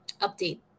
update